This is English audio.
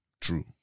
True